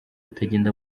atagenda